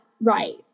right